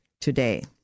today